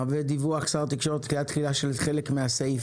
ודיווח של התקשורת על דחיית התחילה של חלק מהסעיפים.